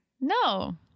No